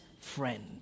friend